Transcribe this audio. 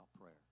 prayer